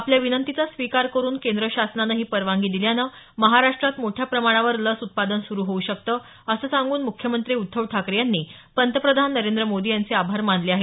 आपल्या विनंतीचा स्वीकार करून केंद्र शासनानं ही परवानगी दिल्यानं महाराष्ट्रात मोठ्या प्रमाणावर लस उत्पादन सुरु होऊ शकतं असं सांगून मुख्यमंत्री उद्धव ठाकरे यांनी पंतप्रधान नरेंद्र मोदी यांचे आभार मानले आहेत